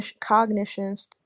cognitions